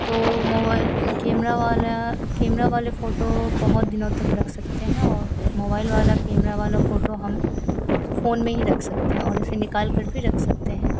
तो mobile camera वाला camera वाली फ़ोटो बहुत दिनों तक रख सकते हैं और मोबाइल वाला कैमरा वाली फ़ोटो हम फ़ोन में ही रख सकते हैं और इसे निकालकर भी रख सकते हैं